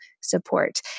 support